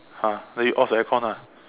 !huh! then you off the aircon ah